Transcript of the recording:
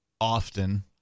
often